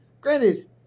Granted